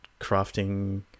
crafting